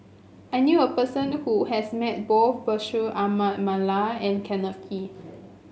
I knew a person who has met both Bashir Ahmad Mallal and Kenneth Kee